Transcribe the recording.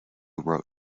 wrote